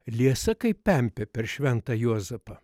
liesa kaip pempė per šventą juozapą